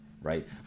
right